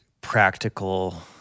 practical